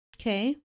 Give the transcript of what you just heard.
Okay